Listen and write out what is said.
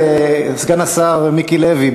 סגן השר מיקי לוי,